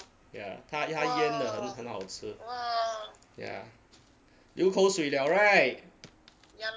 ya 他他腌的很很好吃 ya 流口水了 [right]